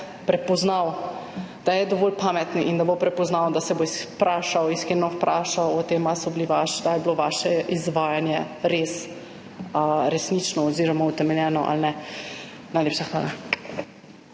prepoznal, da je dovolj pameten in da bo prepoznal, da se bo iskreno vprašal o tem, ali je bilo vaše izvajanje resnično oziroma utemeljeno ali ne. Najlepša hvala.